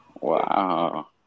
Wow